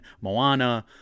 Moana